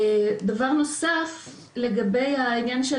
דבר נוסף לגבי העניין של